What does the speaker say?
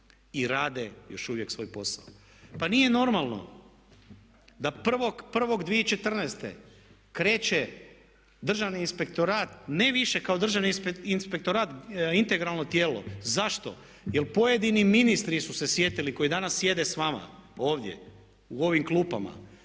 i rade još uvijek svoj posao. Pa nije normalno da 1.01.2014. kreće Državni inspektorat ne više kao Državni inspektorat integralno tijelo. Zašto? Jer pojedini ministri su se sjetili koji danas sjede s vama ovdje u ovim klupama